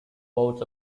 bouts